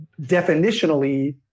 definitionally